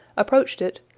approached it,